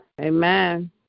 Amen